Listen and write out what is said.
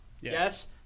Yes